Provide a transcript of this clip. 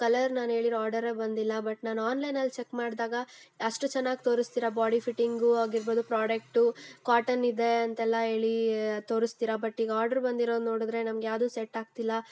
colour ನಾನು ಹೇಳಿರೋ ಆರ್ಡರೇ ಬಂದಿಲ್ಲ ಬಟ್ ನಾನು ಆನ್ಲೈನಲ್ಲಿ ಚೆಕ್ ಮಾಡಿದಾಗ ಅಷ್ಟು ಚೆನ್ನಾಗಿ ತೋರಿಸ್ತೀರ ಬಾಡಿ ಫಿಟ್ಟಿಂಗು ಆಗಿರ್ಬೊದು ಪ್ರಾಡಕ್ಟು ಕಾಟನ್ ಇದೆ ಅಂತೆಲ್ಲ ಹೇಳಿ ತೋರಿಸ್ತೀರ ಬಟ್ ಈಗ ಆರ್ಡ್ರ್ ಬಂದಿರೋದು ನೋಡಿದ್ರೆ ನಮ್ಗೆ ಯಾವುದೂ ಸೆಟ್ ಆಗ್ತಿಲ್ಲ